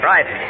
Right